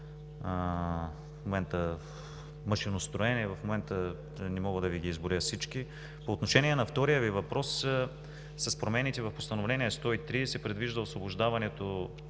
по машиностроене. В момента не мога да Ви ги изброя всички. По отношение на втория Ви въпрос. С промените в Постановление № 103 се предвижда освобождаването